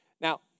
Now